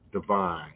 divine